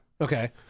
Okay